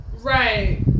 Right